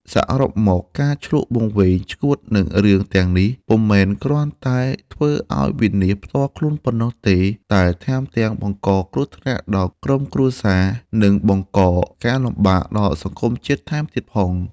សរុបមក ការឈ្លក់វង្វេងឆ្កួតនឹងរឿងទាំងនេះ ពុំមែនគ្រាន់តែធ្វើឲ្យវិនាសផ្ទាល់ខ្លួនប៉ុណ្ណោះទេ តែថែមទាំងបង្កគ្រោះថ្នាក់ដល់ក្រុមគ្រួសារ និងបង្កការលំបាកដល់សង្គមជាតិថែមទៀតផង ។